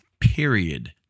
period